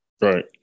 Right